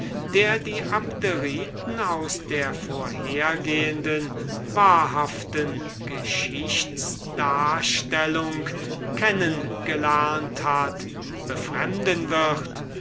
der die abderiten aus der vorgehenden wahrhaften geschichtsklitterung kennen gelernt hat befremden wird